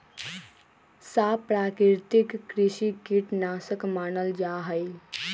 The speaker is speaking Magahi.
सांप प्राकृतिक कृषि कीट नाशक मानल जा हई